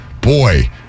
Boy